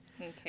Okay